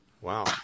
Wow